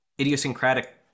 idiosyncratic